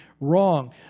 wrong